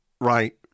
right